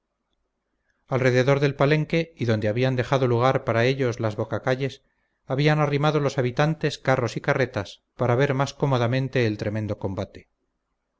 duelo alrededor del palenque y donde habían dejado lugar para ellos las bocacalles habían arrimado los habitantes carros y carretas para ver más cómodamente el tremendo combate